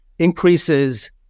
increases